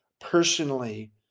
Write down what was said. personally